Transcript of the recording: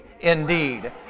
indeed